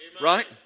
Right